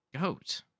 Goat